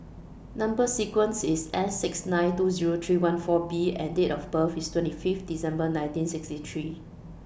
Number sequence IS S six nine two Zero three one four B and Date of birth IS twenty Fifth December nineteen sixty three